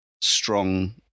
strong